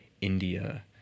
India